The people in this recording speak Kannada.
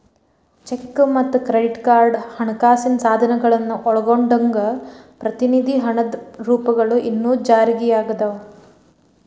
ಚೆಕ್ ಮತ್ತ ಕ್ರೆಡಿಟ್ ಕಾರ್ಡ್ ಹಣಕಾಸಿನ ಸಾಧನಗಳನ್ನ ಒಳಗೊಂಡಂಗ ಪ್ರತಿನಿಧಿ ಹಣದ ರೂಪಗಳು ಇನ್ನೂ ಜಾರಿಯಾಗದವ